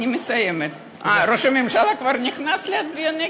אני לא שמתי לב לשעון.